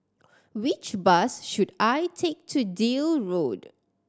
which bus should I take to Deal Road